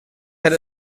had